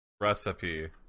Recipe